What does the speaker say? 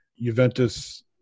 Juventus